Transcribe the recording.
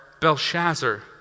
Belshazzar